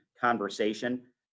conversation